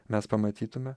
mes pamatytume